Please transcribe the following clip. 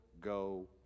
go